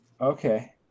Okay